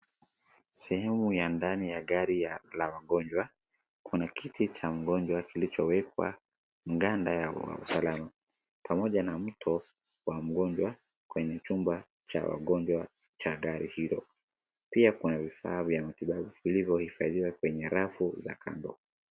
Sehemu ya ndani ya gari la wagonjwa, kuna kiti cha mgonjwa kilichowekwa ukanda wa usalama, pamoja na mto wa mgonjwa kwenye chumba cha wagonjwa cha gari hilo. Pia kuna vifaa vya matibabu vilivyohifadhiwa kweye rafu za kando.